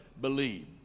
believe